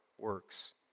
works